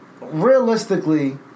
realistically